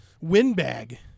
windbag